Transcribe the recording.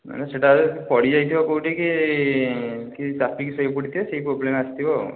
ନା ସେଇଟା ପଡ଼ି ଯାଇଥିବ କେଉଁଠି କି ଚାପିକି ଶୋଇପଡ଼ିଥିବେ ସେଇ ପ୍ରୋବ୍ଲେମ୍ ଆସିଥିବ ଆଉ